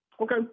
Okay